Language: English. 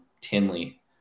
Tinley